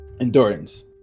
endurance